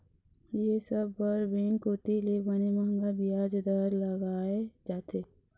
ये सब बर बेंक कोती ले बने मंहगा बियाज दर लगाय जाथे